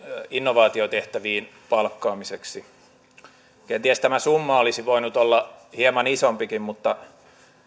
innovaatiotehtäviin palkkaamiseksi kentien tämä summa olisi voinut olla hieman isompikin mutta